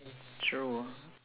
true